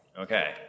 Okay